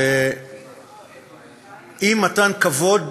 שאי-מתן כבוד